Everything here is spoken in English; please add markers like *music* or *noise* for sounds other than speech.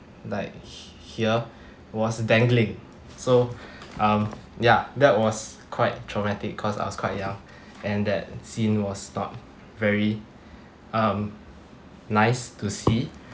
like he~ here *breath* was dangling so *breath* um ya that was quite traumatic cause I was quite young *breath* and that scene was not very *breath* um nice to see